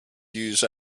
use